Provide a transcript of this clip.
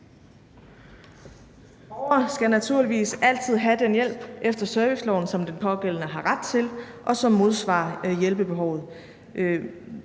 Borgeren skal naturligvis altid have den hjælp efter serviceloven, som den pågældende har ret til, og som modsvarer hjælpebehovet.